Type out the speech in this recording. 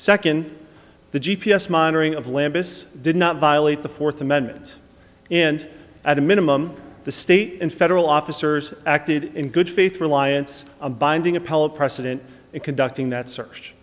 second the g p s monitoring of limbus did not violate the fourth amendment and at a minimum the state and federal officers acted in good faith reliance a binding appellate precedent and conducting that search